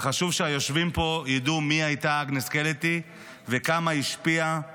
וחשוב שהיושבים פה ידעו מי הייתה אגנס קלטי וכמה היא השפיעה